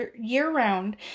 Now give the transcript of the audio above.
year-round